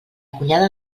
cunyada